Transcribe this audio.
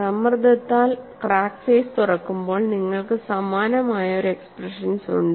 സമ്മർദ്ദത്താൽ crack face തുറക്കുമ്പോൾ നിങ്ങൾക്ക് സമാനമായ ഒരു എക്സ്പ്രഷൻസ് ഉണ്ട്